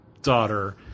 Daughter